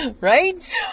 Right